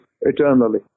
eternally